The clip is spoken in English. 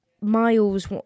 miles